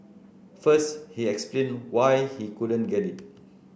first he explained why he couldn't get it